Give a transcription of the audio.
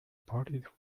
parted